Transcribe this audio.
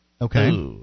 Okay